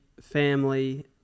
family